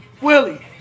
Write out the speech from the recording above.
Willie